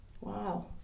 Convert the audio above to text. Wow